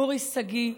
אורי שגיא,